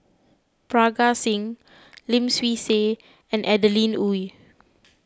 Parga Singh Lim Swee Say and Adeline Ooi